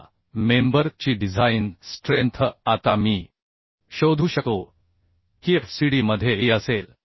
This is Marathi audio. आता मेंबर ची डिझाइन स्ट्रेंथ आता मी शोधू शकतो कीFCD मध्ये e असेल